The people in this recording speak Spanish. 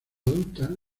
adulta